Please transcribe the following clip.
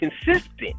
consistent